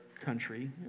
country